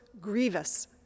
grievous